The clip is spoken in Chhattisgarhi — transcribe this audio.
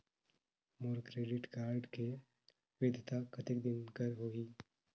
मोर क्रेडिट कारड के वैधता कतेक दिन कर होही?